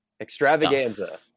extravaganza